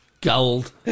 Gold